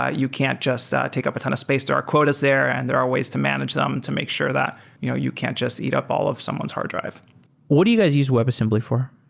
ah you can't just take up a ton of space to our quotas there and there are ways to manage them to make sure that you know you can't just eat up all of someone's hard drive what do you guys use webassembly for?